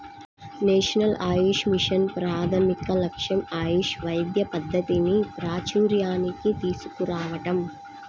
national Ayush mission ప్రాథమిక లక్ష్యం ఆయుష్ వైద్య పద్ధతిని ప్రాచూర్యానికి తీసుకురావటం